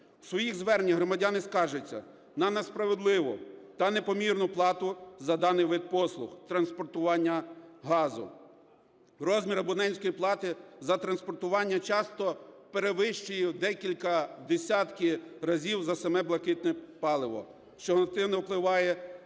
У своїх зверненнях громадяни скаржаться на несправедливу на непомірну плату за даний вид послуг – транспортування газу. Розмір абонентської плати за транспортування часто перевищує в декілька десятків разів за саме блакитне паливо, що негативно впливає